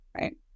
right